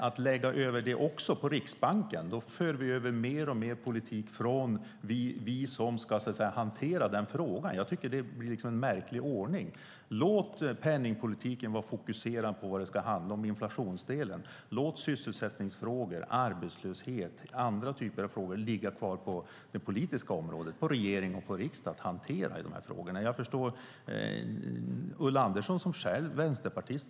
Att lägga över också detta på Riksbanken är att föra över mer och mer politik från oss som ska hantera den frågan. Det är en märklig ordning. Låt penningpolitiken vara fokuserad på vad den ska handla om, inflationsdelen. Låt frågor om sysselsättning, arbetslöshet och andra typer av politiska frågor ligga på regering och riksdag att hantera. Ulla Andersson är vänsterpartist.